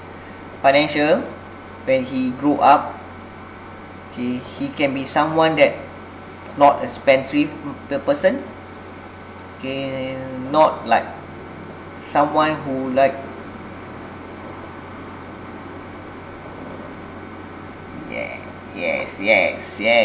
financial when he grew up he he can be someone that not a spendthrift mm the person okay not like someone who like yeah yes yes yes